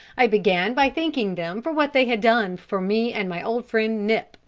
i began by thanking them for what they had done for me and my old friend nip,